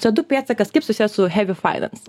c du pėdsakas kaip susijęs su hevifainans